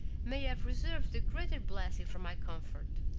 may have reserved a greater blessing for my comfort.